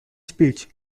speech